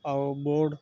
ଆଉ ବୋର୍ଡ଼